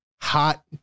hot